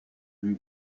lui